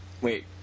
Wait